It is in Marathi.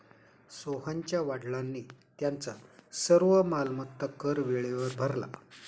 सोहनच्या वडिलांनी त्यांचा सर्व मालमत्ता कर वेळेवर भरला